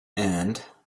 and